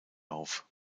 auf